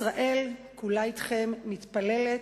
ישראל כולה אתכם, מתפללת,